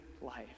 life